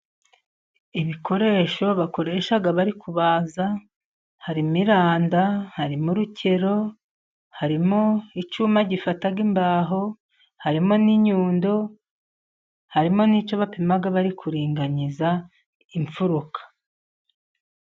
Ibikoresho bakoresha bari kubaza hari: iranda, harimo urukero, harimo icyuma gifataga imbaho, harimo n' inyundo, harimo n' icyo bapimasha bari kuringaniza imfuruka.